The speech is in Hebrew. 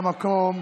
נא לשבת במקום.